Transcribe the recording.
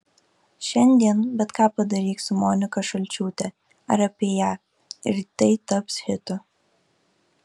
šiandien bet ką padaryk su monika šalčiūte ar apie ją ir tai taps hitu